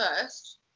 first